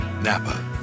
Napa